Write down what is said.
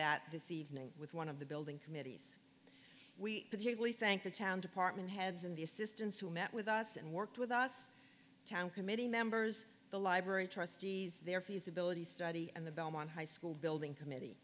that this evening with one of the building committees we particularly thank the town department heads and the assistants who met with us and worked with us town committee members the library trustees their feasibility study and the belmont high school building committee